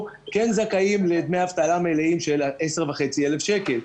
כן זכאים לדמי אבטלה מלאים של 10,500 שקלים?